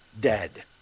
dead